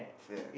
fair